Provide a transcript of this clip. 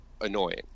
annoying